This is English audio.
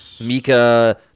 Mika